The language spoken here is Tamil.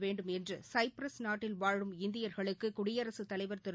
வேண்டும் என்று சைப்ரஸ் நாட்டில் வாழும் இந்தியர்களுக்கு குடியரசுத்தலைவர் திரு